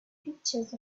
pictures